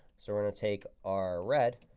so we're going to take our red.